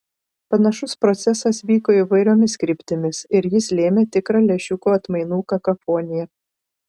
panašus procesas vyko įvairiomis kryptimis ir jis lėmė tikrą lęšiuko atmainų kakofoniją